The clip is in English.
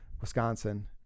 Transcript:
Wisconsin